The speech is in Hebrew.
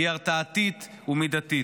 היא הרתעתית ומידתית.